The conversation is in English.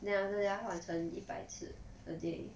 then after that 她换成一百次 a day